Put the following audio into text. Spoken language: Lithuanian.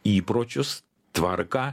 įpročius tvarką